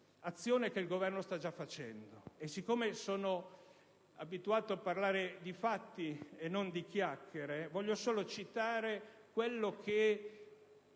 un'azione che il Governo sta già svolgendo. Siccome sono abituato a parlare di fatti e non di chiacchiere, voglio solo citare la